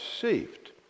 saved